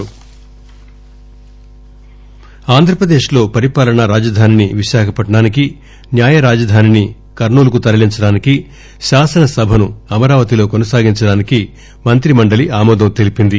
capital city Andhra Pradesh లో పరిపాలనా రాజధానిని విశాఖపట్నానికి న్యాయ రాజధానిని కర్పూలుకు తరలించడానికి శాసనసభను అమరావతిలో కొనసాగించడానికి మంత్రి మండలి ఆమోదం తెలిపింది